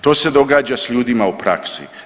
To se događa s ljudima u praksi.